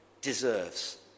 deserves